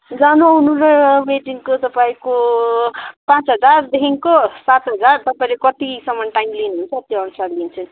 जानु आउनु र वेटिङको तपाईँको पाँच हजार देखिन्को सात हजार तपाईँले कतिसम्मन् टाइम लिनुहुन्छ त्योअनुसार लिन्छु